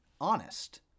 honest